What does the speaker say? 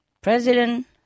President